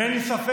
ואין לי ספק